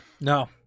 No